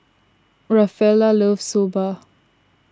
Rafaela loves Soba